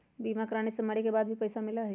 बीमा कराने से मरे के बाद भी पईसा मिलहई?